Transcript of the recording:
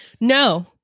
No